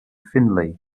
findlay